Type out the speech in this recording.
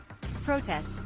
Protest